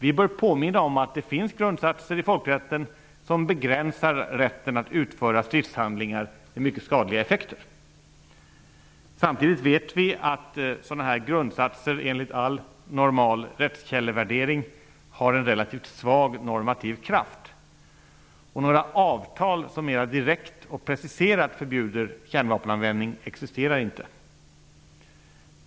Vi bör påminna om att det finns grundsatser i folkrätten som begränsar rätten att utföra stridshandlingar med mycket skadliga effekter. Samtidigt vet vi att sådana grundsatser enligt all normal rättskällevärdering har en relativt svag normativ kraft. Några avtal som mera direkt och preciserat förbjuder kärnvapenanvändning existerar inte.